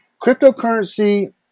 cryptocurrency